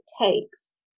takes